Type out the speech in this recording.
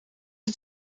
het